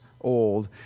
old